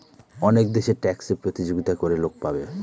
অনেক দেশে ট্যাক্সে প্রতিযোগিতা করে লোক পাবে